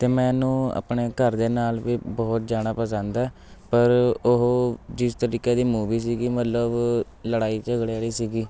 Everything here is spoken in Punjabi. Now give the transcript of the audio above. ਅਤੇ ਮੈਨੂੰ ਆਪਣੇ ਘਰਦਿਆਂ ਨਾਲ ਵੀ ਬਹੁਤ ਜਾਣਾ ਪਸੰਦ ਹੈ ਪਰ ਉਹ ਜਿਸ ਤਰੀਕੇ ਦੀ ਮੂਵੀ ਸੀਗੀ ਮਤਲਬ ਲੜਾਈ ਝਗੜੇ ਵਾਲੀ ਸੀਗੀ